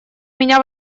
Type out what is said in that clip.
меня